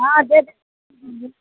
हाँ दे